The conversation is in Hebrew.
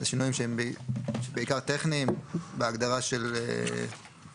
אלה שינויים, בעיקר טכניים, בהגדרה של "חוב":